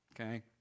okay